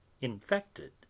infected